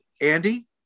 Andy